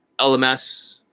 LMS